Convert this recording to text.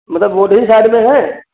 मतलब रोड ही साइड में है